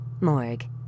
Morg